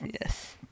yes